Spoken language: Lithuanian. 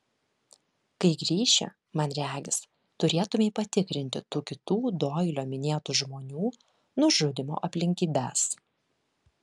kai grįši man regis turėtumei patikrinti tų kitų doilio minėtų žmonių nužudymo aplinkybes